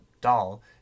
doll